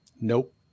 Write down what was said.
Nope